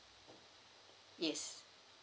yes